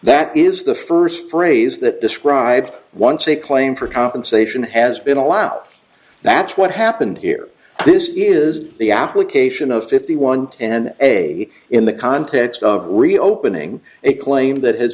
that is the first phrase that describes once a claim for compensation has been allowed that's what happened here this is the application of fifty one and a in the context of reopening a claim that has